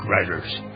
writers